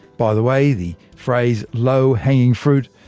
by the way, the phrase low-hanging fruit,